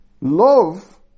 love